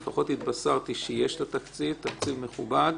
לפחות התבשרתי שיש לה תקציב מכובד,